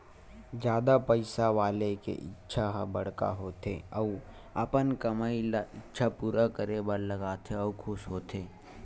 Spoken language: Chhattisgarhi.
जादा पइसा वाला के इच्छा ह बड़का होथे अउ अपन कमई ल इच्छा पूरा करे बर लगाथे अउ खुस होथे